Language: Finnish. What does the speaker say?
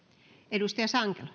arvoisa